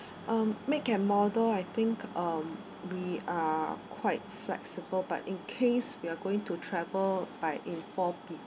um make and model I think um we are quite flexible but in case we are going to travel by in four